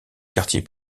quartier